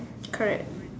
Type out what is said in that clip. correct